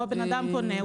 פה בן אדם פונה,